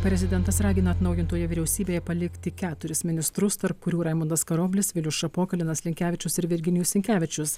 prezidentas ragina atnaujintoje vyriausybėje palikti keturis ministrus tarp kurių raimundas karoblis vilius šapoka linas linkevičius ir virginijus sinkevičius